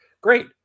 great